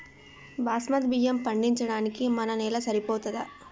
బాస్మతి బియ్యం పండించడానికి మన నేల సరిపోతదా?